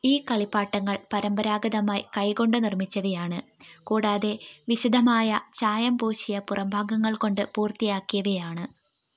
ഈ കളിപ്പാട്ടങ്ങൾ പരമ്പരാഗതമായി കൈകൊണ്ട് നിർമ്മിച്ചവയാണ് കൂടാതെ വിശദമായ ചായം പൂശിയ പുറംഭാഗങ്ങൾ കൊണ്ട് പൂർത്തിയാക്കിയവയാണ്